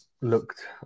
looked